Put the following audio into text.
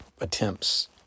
attempts